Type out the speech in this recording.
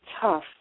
tough